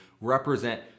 represent